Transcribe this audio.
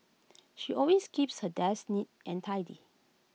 she always keeps her desk neat and tidy